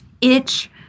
Itch